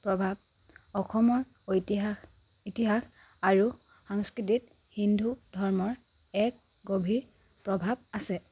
প্ৰভাৱ অসমৰ ঐতিহাস ইতিহাস আৰু সংস্কৃতিত হিন্দু ধৰ্মৰ এক গভীৰ প্ৰভাৱ আছে